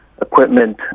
equipment